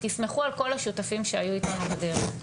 ותסמכו על כל השותפים שיהיו איתנו בדרך.